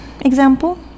example